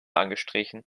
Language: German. angestrichen